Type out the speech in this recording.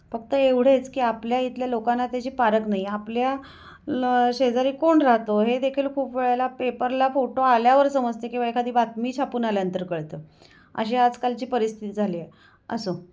फक्त एवढेच की आपल्या इथल्या लोकांना त्याची पारख नाही आपल्या ल शेजारी कोण राहतो हे देखील खूप वेळेला पेपरला फोटो आल्यावर समजते किंवा एखादी बातमी छापून आल्यानंतर कळतं अशी आजकालची परिस्थिती झाली आहे असो